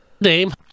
Name